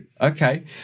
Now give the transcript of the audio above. Okay